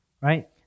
right